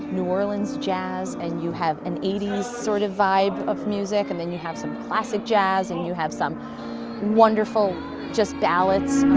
new orleans jazz, and you have an eighty s sort of vibe of music and then you have some classic jazz and you have some wonderful just ballads.